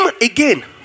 again